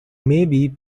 maybe